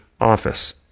office